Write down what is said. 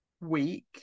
week